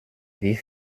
wie